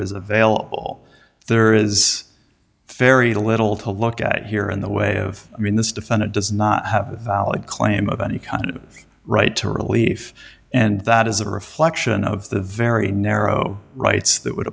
is available there is very little to look at here in the way of i mean this defendant does not have valid claim of any kind of right to relief and that is a reflection of the very narrow rights that would